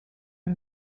uwa